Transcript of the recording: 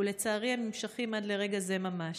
ולצערי הם נמשכים עד לרגע זה ממש.